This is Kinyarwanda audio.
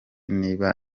niba